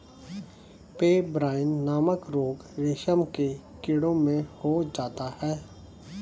pebrine नामक रोग रेशम के कीड़ों में हो जाता है